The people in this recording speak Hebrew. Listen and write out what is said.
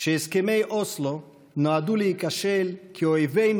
שהסכמי אוסלו נועדו להיכשל כי אויבינו